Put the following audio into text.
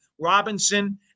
Robinson